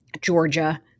Georgia